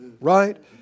right